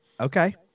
Okay